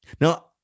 Now